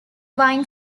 vine